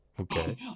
Okay